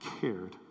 cared